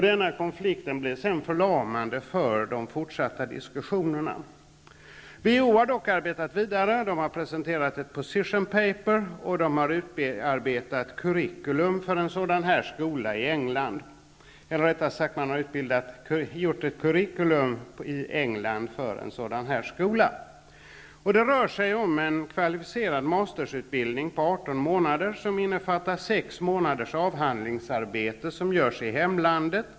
Den konflikten blev förlamande för de fortsatta diskussionerna. WHO har arbetat vidare. WHO har presenterat ett s.k. position paper, och man har i England utarbetat ett curriculum för en skola av detta slag. Det rör sig om en kvalificerad Masters-utbildning på 18 månader som innefattar 6 månaders avhandlingsarbete som görs i hemlandet.